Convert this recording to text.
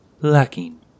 lacking